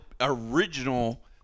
original